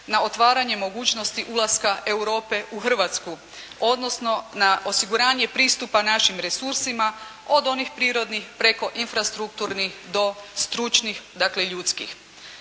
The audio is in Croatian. na otvaranje mogućnosti ulaska Europe u Hrvatsku, odnosno na osiguranje pristupa našim resursima od onih prirodnih preko infrastrukturnih do stručnih, dakle ljudskih.